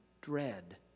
dread